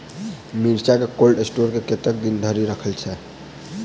मिर्चा केँ cold store मे कतेक दिन धरि राखल छैय?